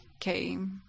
came